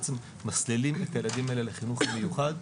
מסלילים את הילדים האלה לחינוך המיוחד,